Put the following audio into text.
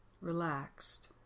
relaxed